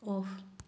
off